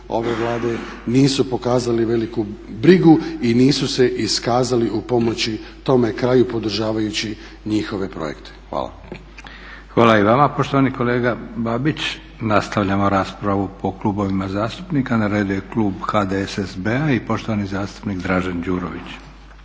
ove Vlade nisu pokazali veliku brigu i nisu se iskazali u pomoći tome kraju podržavajući njihove projekte. Hvala. **Leko, Josip (SDP)** Hvala i vama poštovani kolega Babić. Nastavljamo raspravu po klubovima zastupnika. Na redu je klub HDSSB-a i poštovani zastupnik Dražen Đurović.